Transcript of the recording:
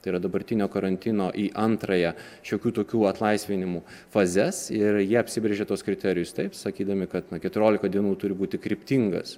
tai yra dabartinio karantino į antrąją šiokių tokių atlaisvinimų fazes ir jie apsibrėžė tuos kriterijus taip sakydami kad nuo keturiolika dienų turi būti kryptingas